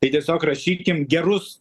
tai tiesiog rašykime gerus